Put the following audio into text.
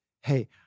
hey